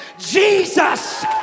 Jesus